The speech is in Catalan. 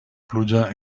pluja